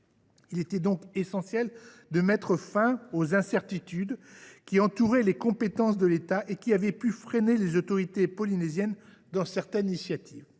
Il était donc essentiel de mettre fin aux incertitudes qui entouraient les compétences de l’État et qui avaient pu freiner certaines initiatives